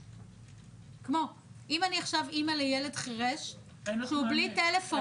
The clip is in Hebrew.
אם אני עכשיו אימא לילד חירש שהוא בלי טלפון,